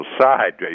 side